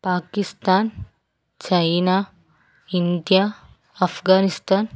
Pakistan China India Afghanistan